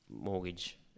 mortgage